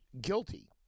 guilty